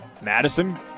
Madison